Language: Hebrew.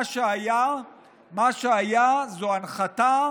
מה שהיה זה הנחתה